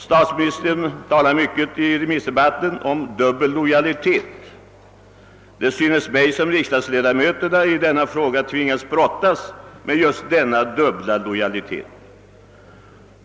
Statsministern talade i remissdebatten mycket om »dubbel lojalitet». Det synes mig som riksdagsledamöterna i denna fråga tvingas brottas med just denna dubbla lojalitet.